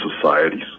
societies